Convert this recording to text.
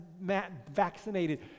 vaccinated